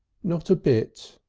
not a bit.